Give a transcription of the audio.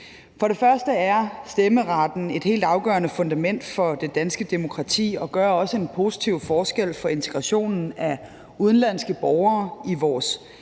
For det første er stemmeretten et helt afgørende fundament for det danske demokrati og gør også en positiv forskel for integrationen af udenlandske borgere i vores